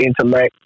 intellect